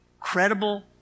credible